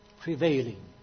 prevailing